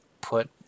put